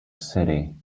city